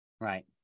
Right